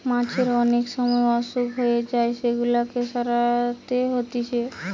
মাছের অনেক সময় অসুখ হয়ে যায় সেগুলাকে সারাতে হতিছে